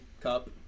cup